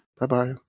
Bye-bye